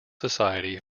society